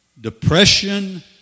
depression